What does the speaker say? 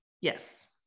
yes